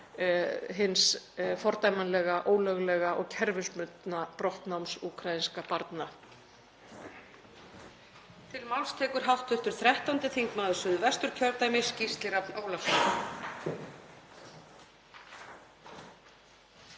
hins fordæmanlega, ólöglega og kerfisbundna brottnáms úkraínska barna.